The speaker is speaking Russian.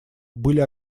были